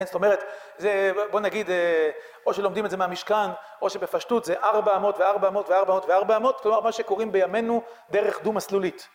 זאת אומרת, בוא נגיד, או שלומדים את זה מהמשכן, או שבפשטות זה 400 ו400 ו400 ו400 כלומר מה שקוראים בימינו דרך דו מסלולית.